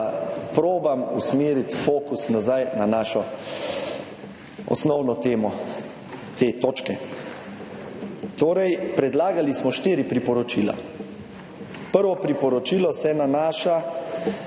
poskušam usmeriti fokus nazaj na našo osnovno temo te točke. Torej, predlagali smo štiri priporočila. Prvo priporočilo se nanaša